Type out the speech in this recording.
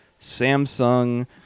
Samsung